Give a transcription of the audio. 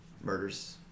murders